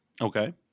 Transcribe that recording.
okay